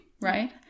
right